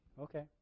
Okay